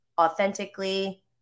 authentically